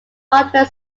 hardware